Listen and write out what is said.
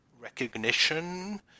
recognition